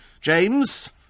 James